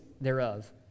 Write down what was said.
thereof